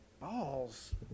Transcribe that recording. Balls